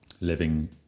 living